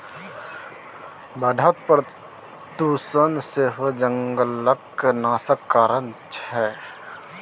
बढ़ैत प्रदुषण सेहो जंगलक नाशक कारण छै